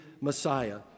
Messiah